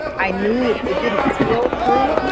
i knew it didn't feel true,